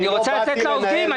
אני רוצה לתת לעובדים.